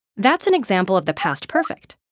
that's an example of the past perfect.